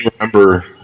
remember